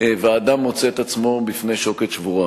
ואדם מוצא עצמו בפני שוקת שבורה.